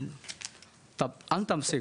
אל תמציא.